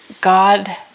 God